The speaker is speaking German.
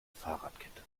fahrradkette